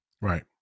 right